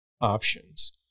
options